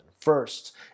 First